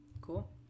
Cool